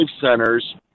centers